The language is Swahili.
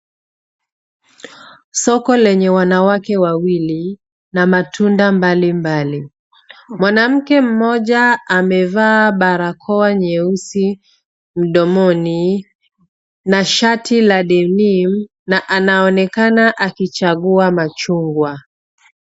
Soko lenye wanawake wawili na matunda mbalimbali. Mwanamke mmoja amevaa barakoa nyeusi mdomoni na shati la denim na anaonekana akichagua machungwa.